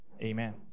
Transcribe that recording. Amen